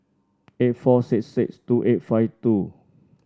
eight four six six two eight five two